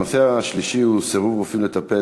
הנושא השלישי הוא סירוב רופאים לטפל